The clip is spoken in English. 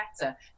better